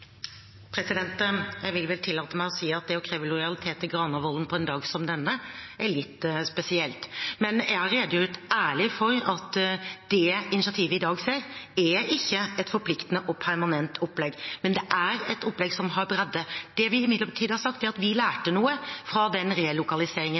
Jeg vil vel tillate meg å si at det å kreve lojalitet til Granavolden-plattformen på en dag som denne er litt spesielt. Jeg har ærlig redegjort for at det initiativet vi i dag ser, ikke er et forpliktende og permanent opplegg, men et opplegg som har bredde. Det vi imidlertid har sagt, er at vi